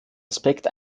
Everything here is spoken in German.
aspekt